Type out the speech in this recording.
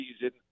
season